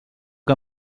que